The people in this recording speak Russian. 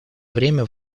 время